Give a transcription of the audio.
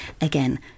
Again